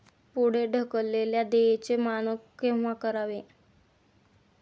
पुढे ढकललेल्या देयचे मानक केव्हा करावे?